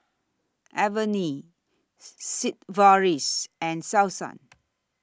Avene Sigvaris and Selsun